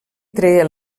treia